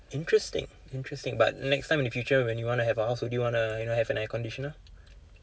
interesting interesting but next time in the future when you want to have a house would you want to you know have an air conditioner